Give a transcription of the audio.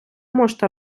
можете